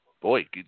Boy